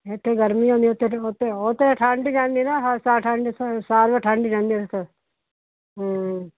ਇੱਥੇ ਗਰਮੀ ਆਉਂਦੀ ਉੱਥੇ ਅਤੇ ਉੱਥੇ ਉਹ ਤਾਂ ਠੰਡ ਜਾਂਦੀ ਨਾ ਸਾਲ ਠੰਡ ਜਾਂਦੇ ਸਾਲ ਭਰ ਠੰਡ ਹੀ ਰਹਿੰਦੀ